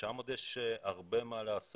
שם יש עוד הרבה מה לעשות,